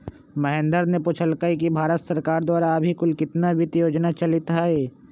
महेंद्र ने पूछल कई कि भारत सरकार द्वारा अभी कुल कितना वित्त योजना चलीत हई?